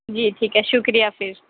جی ٹھیک ہے شکریہ پھر